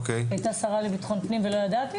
השרה לביטחון פנים ולא ידעתי?